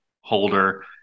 holder